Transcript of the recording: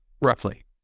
roughly